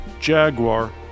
Jaguar